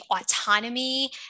autonomy